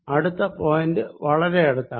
അടുത്ത പോയിന്റ് വളരെ അടുത്താണ്